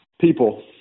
People